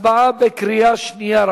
הצבעה בקריאה שנייה.